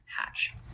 hatch